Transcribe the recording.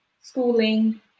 schooling